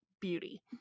beauty